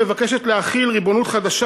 המבקשת להחיל ריבונות חדשה,